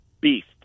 beast